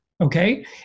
Okay